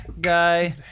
guy